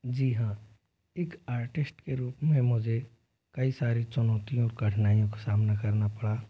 जी हाँ एक आर्टिस्ट के रूप में मुझे कई सारी चुनौतियों और कठिनाइयों का सामना करना पड़ा